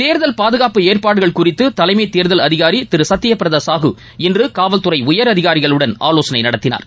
தேர்தல் பாதுகாப்பு ஏற்பாடுகள் குறித்து தலைமை தேர்தல் அதிகாரி திரு சத்பபிரத சாகு இன்று காவல்துறை உயரதிகாரிகளுடன் ஆலோசனை நடத்தினார்